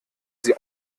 sie